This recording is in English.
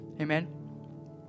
Amen